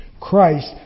Christ